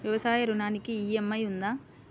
వ్యవసాయ ఋణానికి ఈ.ఎం.ఐ ఉందా?